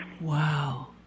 Wow